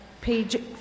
page